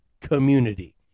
community